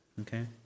okay